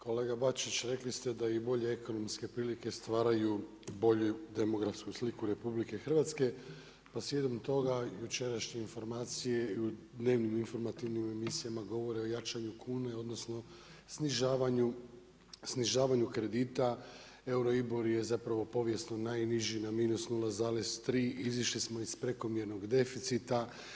Kolega Bačić, rekli ste da i bolje ekonomske prilike stvaraju bolju demografsku sliku RH pa slijedom toga jučerašnje informacije i u dnevnim informativnim emisijama govore o jačanju kune odnosno snižavanju kredita Euribor je zapravo povijesno najniži na -0,3, izišli smo iz prekomjernog deficita.